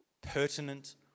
pertinent